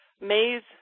May's